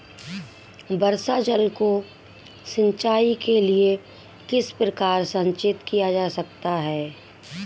वर्षा जल को सिंचाई के लिए किस प्रकार संचित किया जा सकता है?